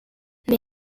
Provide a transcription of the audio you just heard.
mais